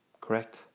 correct